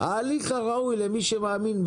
להכניס את